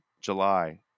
July